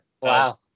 Wow